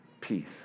peace